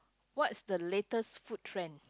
what's the latest food trend